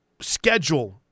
schedule